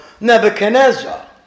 Nebuchadnezzar